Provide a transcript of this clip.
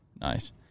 Nice